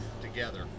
together